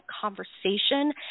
conversation